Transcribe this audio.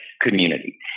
community